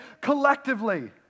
collectively